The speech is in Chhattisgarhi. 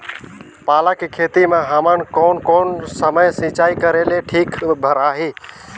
पाला के खेती मां हमन कोन कोन समय सिंचाई करेले ठीक भराही?